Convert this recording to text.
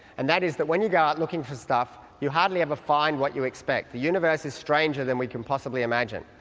and that is when you go out looking for stuff, you hardly ever find what you expect. the universe is stranger than we can possibly imagine.